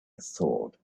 thought